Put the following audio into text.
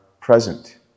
present